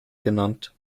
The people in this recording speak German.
genannt